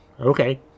okay